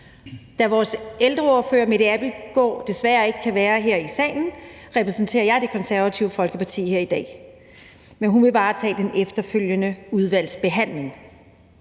Da vores ældreordfører, Mette Abildgaard, desværre ikke kan være her i salen, repræsenterer jeg Det Konservative Folkeparti her i dag, men hun vil varetage den efterfølgende udvalgsbehandling.